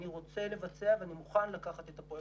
אני רוצה לבצע ואני מוכן לקחת את הפרויקט הזה על עצמי.